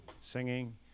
singing